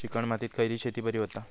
Chicken मातीत खयली शेती बरी होता?